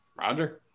Roger